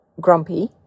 grumpy